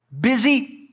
Busy